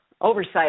oversight